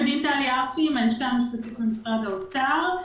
אני מהלשכה המשפטית במשרד האוצר.